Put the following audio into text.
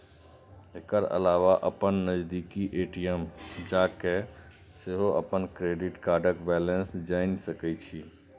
एकर अलावा अपन नजदीकी ए.टी.एम जाके सेहो अपन क्रेडिट कार्डक बैलेंस जानि सकै छी